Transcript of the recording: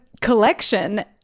collection